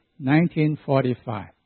1945